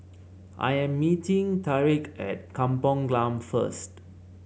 I'm meeting Tarik at Kampung Glam first